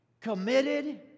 committed